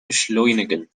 beschleunigen